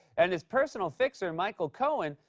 and his personal fixer, michael cohen,